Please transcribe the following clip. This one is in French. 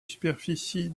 superficie